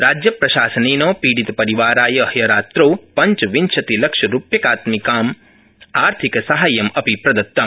राज्यप्रशासनेन पीडितपरिवाराय ह्य रात्रौ पञ्चविंशतिलक्षरुप्यात्मिकम् आर्थिकसहाय्यमपि प्रदत्तम्